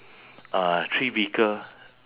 uh three vehicle